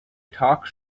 talk